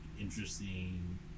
interesting